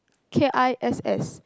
kiss